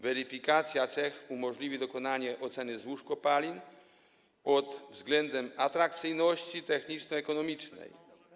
Weryfikacja cech umożliwi dokonanie oceny złóż kopalin pod względem atrakcyjności techniczno-ekonomicznej.